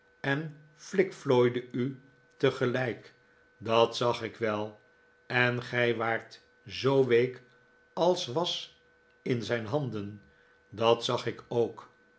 en flikflooide u tegelijk dat zag ik wel en gij waart zoo week als was in zijn handen dat zag ik ook